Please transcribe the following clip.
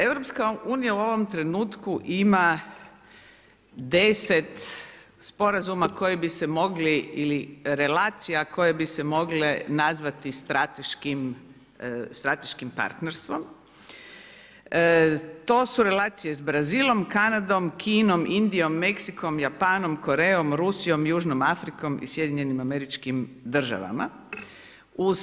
EU u ovom trenutku ima 10 sporazuma koji bi se mogli ili relacija koje bi se mogle nazvati strateškim partnerstvom, to su relacije s Brazilom, Kanadom, Kinom, Indijom, Mexicom, Japanom, Korejom, Rusijom, Južnom Afrikom i SAD-om.